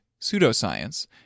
pseudoscience